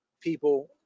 people